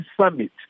summit